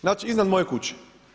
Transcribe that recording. Znači iznad moje kuće.